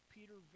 Peter